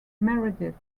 meredith